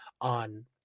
on